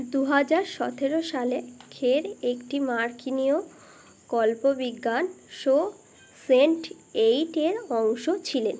দু হাজার সতেরো সালে খের একটি মার্কিনীয় কল্পবিজ্ঞান শো সেন্ট এইটের অংশ ছিলেন